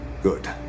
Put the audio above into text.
Good